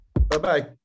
Bye-bye